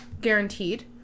guaranteed